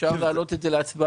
אפשר להעלות את זה להצבעה.